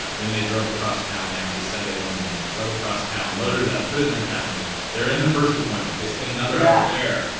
ah then they drove across town they actually said they wanted to meet drove across town, loaded it up, put it in their calendar. they're in the first appointment, they spend another hour there,